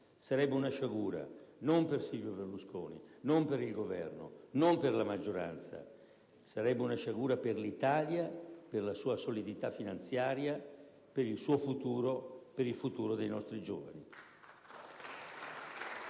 Sarebbe una sciagura, non per Silvio Berlusconi, non per il Governo, non per la maggioranza: sarebbe una sciagura per l'Italia, per la sua solidità finanziaria, per il suo futuro, per il futuro dei nostri giovani.